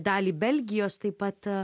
dalį belgijos taip pat